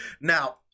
Now